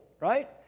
right